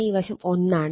ഈ വശം 1 ആണ്